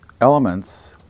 elements